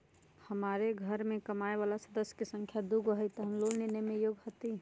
हमार घर मैं कमाए वाला सदस्य की संख्या दुगो हाई त हम लोन लेने में योग्य हती?